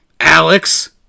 alex